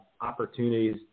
opportunities